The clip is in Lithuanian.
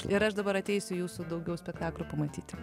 ir aš dabar ateisiu jūsų daugiau spektaklių pamatyti